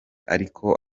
ariko